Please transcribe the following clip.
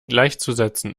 gleichzusetzen